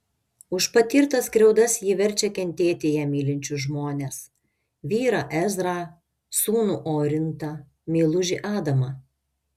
už patirtas skriaudas ji verčia kentėti ją mylinčius žmones vyrą ezrą sūnų orintą meilužį adamą